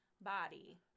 body